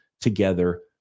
together